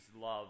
love